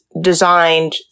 designed